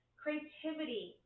creativity